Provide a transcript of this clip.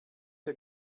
der